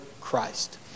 Christ